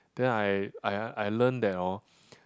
then I I I learn that orh